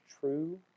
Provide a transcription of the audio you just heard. true